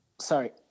sorry